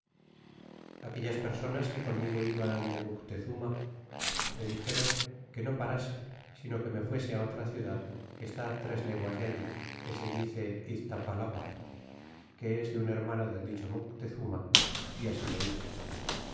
aquellas personas que conmigo iban de muteczuma me dixdron que no parase sito que me faese si otra ciudad que está tres leguas de alli que se dice tztlialapa que es denn hermano del dicho lifuteezuma y así lo hice